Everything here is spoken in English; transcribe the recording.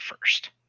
first